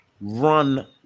run